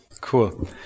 cool